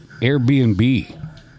Airbnb